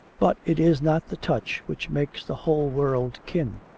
but it is not the touch which makes the whole world kin.